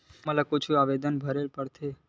हमला कुछु आवेदन भरेला पढ़थे?